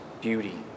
beauty